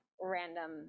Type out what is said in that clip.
random